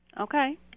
Okay